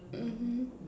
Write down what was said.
mmhmm